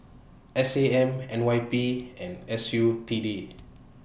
S A M N Y P and S U T D